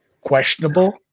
questionable